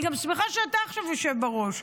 אני גם שמחה שאתה עכשיו יושב בראש,